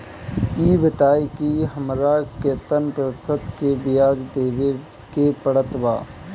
ई बताई की हमरा केतना प्रतिशत के ब्याज देवे के पड़त बा?